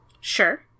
Sure